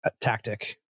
tactic